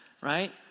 right